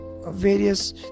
various